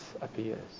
appears